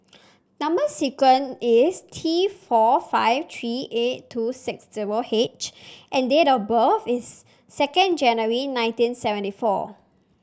number sequence is T four five three eight two six zero H and date of birth is second January nineteen seventy four